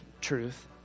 truth